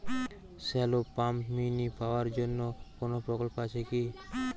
Shallow pump mini power জন্য কোনো প্রকল্প আছে কি?